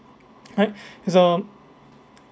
right so